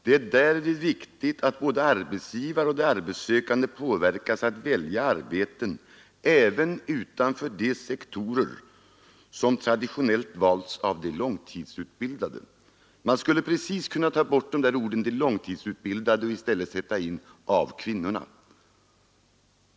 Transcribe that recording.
Det är därvid viktigt att både arbetsgivare och de arbetssökande påverkas att välja arbeten även utanför de sektorer som traditionellt valts av de långtidsutbildade.” Man skulle kunna ta bort orden ”av de långtidsutbildade” och i stället sätta in ”av kvinnorna”.